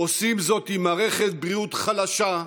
עושים זאת עם מערכת בריאות חלשה,